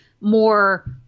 more